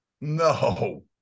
No